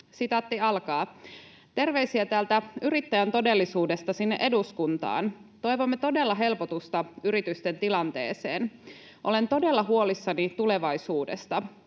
elävät: ”Terveisiä täältä yrittäjän todellisuudesta sinne eduskuntaan. Toivomme todella helpotusta yritysten tilanteeseen. Olen todella huolissani tulevaisuudesta.